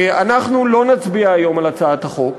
אנחנו לא נצביע היום על הצעת החוק.